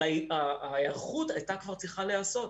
אבל ההיערכות הייתה כבר צריכה להיעשות.